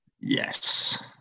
Yes